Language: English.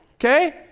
Okay